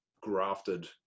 grafted